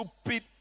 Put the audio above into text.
stupid